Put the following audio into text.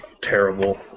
terrible